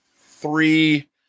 three